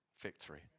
victory